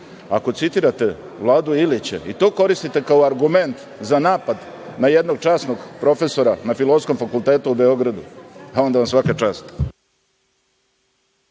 Ako citirate Vladu Ilića i to koristite kao argument za napad na jednog časnog profesora na Filozofskom fakultetu u Beogradu, onda vam svaka čast.